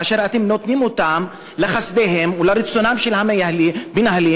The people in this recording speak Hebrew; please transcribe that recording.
כאשר אתם נותנים אותם לחסדיהם ולרצונם של המנהלים,